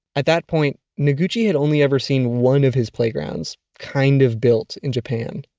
at that point noguchi had only ever seen one of his playgrounds kind of built in japan.